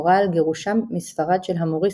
הורה על גירושם מספרד של המוריסקוס,